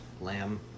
lamb